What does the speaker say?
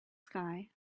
sky